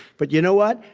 but you know what?